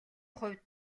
хувьд